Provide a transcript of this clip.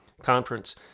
conference